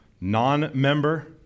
non-member